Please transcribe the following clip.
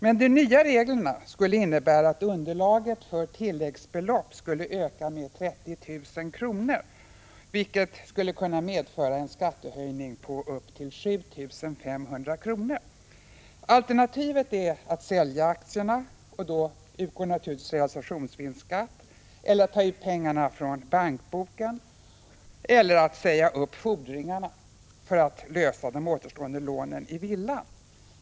Men de nya reglerna skulle innebära att underlaget för tilläggsbelopp skulle öka med 30 000 kr., vilket skulle kunna medföra en skattehöjning på upp till 7 500 kr. Alternativet är att sälja aktierna, och då utgår naturligtvis realisationsvinstskatt, att ta ut pengarna från bankboken eller att säga upp fordringarna för att lösa de återstående lånen i villan.